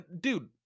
Dude